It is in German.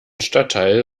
stadtteil